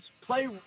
play